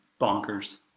bonkers